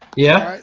yeah,